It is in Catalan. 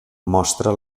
mostra